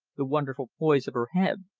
the wonderful poise of her head,